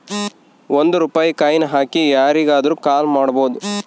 ಒಂದ್ ರೂಪಾಯಿ ಕಾಯಿನ್ ಹಾಕಿ ಯಾರಿಗಾದ್ರೂ ಕಾಲ್ ಮಾಡ್ಬೋದು